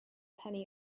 penny